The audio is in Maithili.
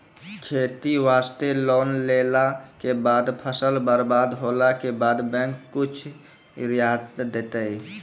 खेती वास्ते लोन लेला के बाद फसल बर्बाद होला के बाद बैंक कुछ रियायत देतै?